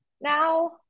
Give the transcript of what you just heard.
now